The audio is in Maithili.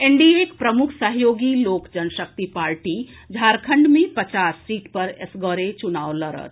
एनडीएक प्रमुख सहयोगी लोक जनशक्ति पार्टी झारखंड मे पचास सीट पर एकसरे चुनाव लड़त